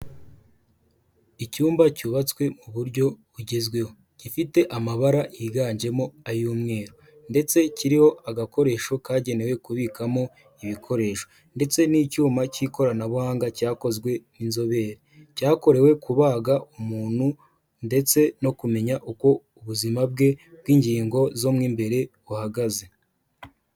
Icyumba cyubatswe mu buryo bugezweho gifite amabara yiganjemo ay'umweru ndetse kiriho agakoresho kagenewe kubikwamo ibikoresho ndetse n'icyuma cy'ikoranabuhanga, cyakozwe n'inzobere cyakorewe kubaga umuntu ndetse no kumenya uko ubuzima bwe bw'ingingo zomo mu imbere buhagaze.